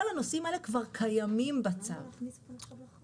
כל הנושאים האלה כבר קיימים בצו ומופעלים.